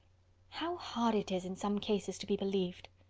how hard it is in some cases to be believed!